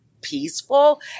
peaceful